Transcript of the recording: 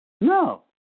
No